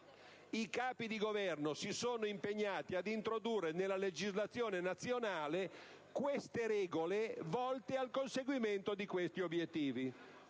i Capi di Governo si sono impegnati ad introdurre nella legislazione nazionale regole volte al conseguimento di questi obiettivi.